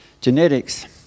genetics